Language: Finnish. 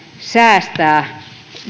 säästää